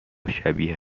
شبیه